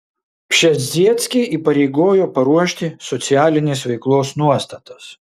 pšezdzieckį įpareigojo paruošti socialinės veiklos nuostatas